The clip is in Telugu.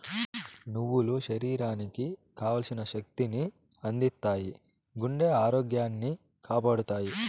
నువ్వులు శరీరానికి కావల్సిన శక్తి ని అందిత్తాయి, గుండె ఆరోగ్యాన్ని కాపాడతాయి